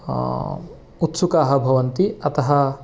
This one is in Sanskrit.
उत्सुकाः भवन्ति अतः